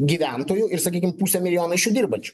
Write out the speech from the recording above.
gyventojų ir sakykim pusę milijono iš jų dirbančių